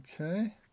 Okay